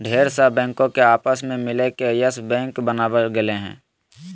ढेर सा बैंको के आपस मे मिलाय के यस बैक बनावल गेलय हें